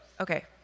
Okay